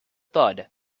thud